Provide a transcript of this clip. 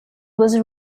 was